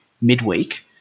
midweek